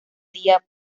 día